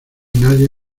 nadie